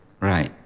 Right